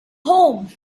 home